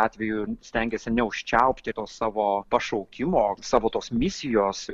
atveju stengiasi neužčiaupti to savo pašaukimo savo tos misijos